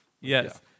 Yes